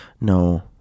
no